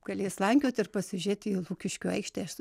galės slankiot ir pasižiūrėt į lukiškių aikštės